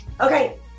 okay